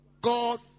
God